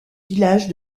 villages